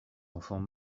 enfants